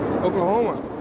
Oklahoma